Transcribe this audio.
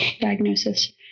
diagnosis